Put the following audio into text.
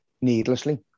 needlessly